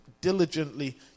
Diligently